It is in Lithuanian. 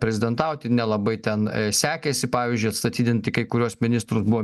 prezidentauti nelabai ten sekėsi pavyzdžiui atstatydinti kai kuriuos ministrus buvo